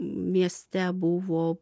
mieste buvo